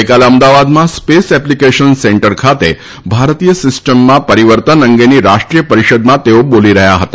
ગઈકાલે અમદાવાદમાં space application centre ખાતે ભારતીય સિસ્ટમમાં પરિવર્તન અંગેની રાષ્ટ્રીય પરિષદમાં તેઓ બોલી રહ્યા હતા